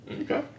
Okay